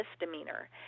misdemeanor